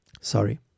sorry